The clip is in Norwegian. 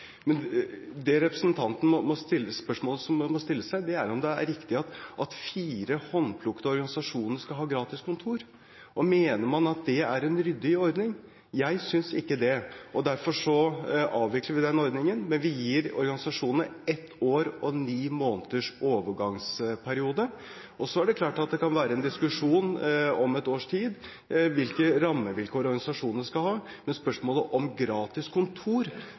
Det spørsmålet representanten må stille seg, er om det er riktig at fire håndplukkede organisasjoner skal ha gratis kontor. Mener man at det er en ryddig ordning? Jeg synes ikke det. Derfor avvikler vi den ordningen, men vi gir organisasjonene ett år og ni måneders overgangsperiode. Så er det klart at det om et års tid kan være en diskusjon om hvilke rammevilkår organisasjonene skal ha. Men når det gjelder spørsmålet om gratis kontor,